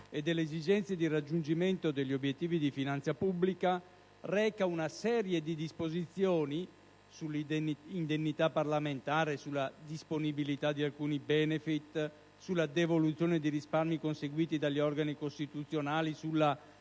e delle esigenze di raggiungimento degli obiettivi di finanza pubblica, reca una serie di disposizioni (sull'indennità parlamentare, sulla disponibilità di taluni *benefit*, sulla devoluzione di risparmi conseguiti dagli organi costituzionali, sulla